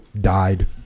died